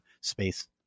space